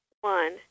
one